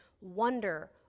wonder